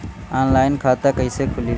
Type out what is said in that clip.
Online खाता कईसे खुलि?